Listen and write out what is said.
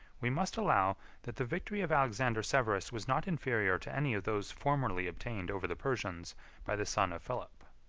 we must allow that the victory of alexander severus was not inferior to any of those formerly obtained over the persians by the son of philip.